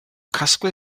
casglu